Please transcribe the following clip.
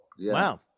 Wow